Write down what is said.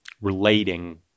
Relating